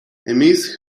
amis